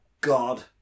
God